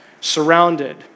surrounded